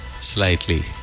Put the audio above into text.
Slightly